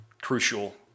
crucial